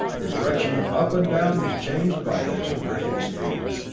the direction of up and down was changed by the terrific speed!